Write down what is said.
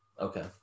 Okay